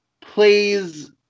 plays